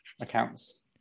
accounts